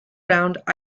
round